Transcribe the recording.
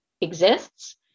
exists